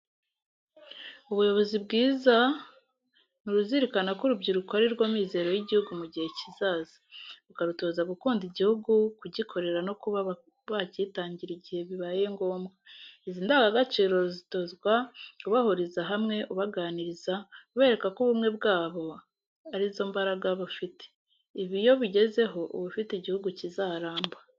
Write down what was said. Ubuyobozi bwiza ni uruzirikana ko urubyiruko ari rwo mizero y'igihugu mu gihe kizaza. Bukarutoza gukunda igihugu, kugikorera no kuba bakitangira igihe bibaye ngombwa. Izi ndangagaciro ruzitozwa ubahuriza hamwe ubaganiriza, ubereka ko ubumwe bwabo ari bwo mbaraga bafite. Ibi iyo ubigezeho, uba ufite igihugu kizaramba.